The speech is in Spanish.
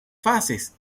fases